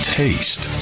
taste